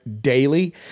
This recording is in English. daily